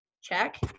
check